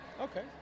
Okay